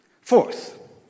Fourth